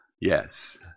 Yes